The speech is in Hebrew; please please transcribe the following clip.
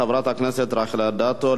חברת הכנסת רחל אדטו,